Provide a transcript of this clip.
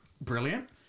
brilliant